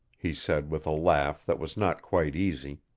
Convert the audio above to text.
he said with a laugh that was not quite easy,